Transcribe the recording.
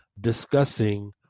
discussing